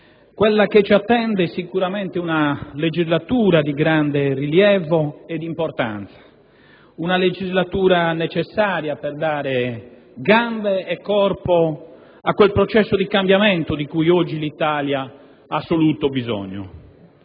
Quella che ci attende è sicuramente una legislatura di grande rilievo ed importanza, una legislatura necessaria per dare gambe e corpo a quel processo di cambiamento di cui oggi l'Italia ha assoluto bisogno.